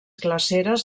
glaceres